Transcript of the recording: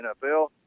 NFL